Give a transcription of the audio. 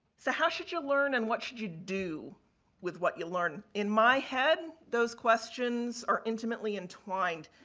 so, how should you learn and what should you do with what you learn? in my head, those questions are intimately entwined.